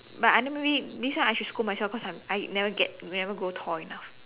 but I never really means then I should scold myself cause I'm I never get never grow tall enough